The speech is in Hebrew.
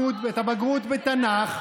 הבגרות בתנ"ך,